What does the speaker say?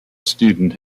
student